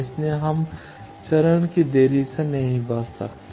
इसलिए हम चरण की देरी से बच नहीं सकते